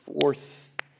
Fourth